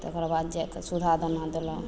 तकर बाद जा कऽ सूधा दाना देलहुँ